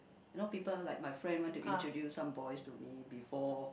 you know people like my friend want to introduce some boys to me before